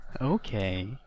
Okay